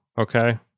Okay